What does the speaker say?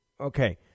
Okay